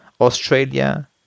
Australia